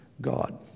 God